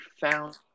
found